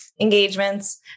engagements